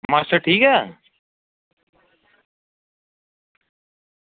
master ठीक ऐ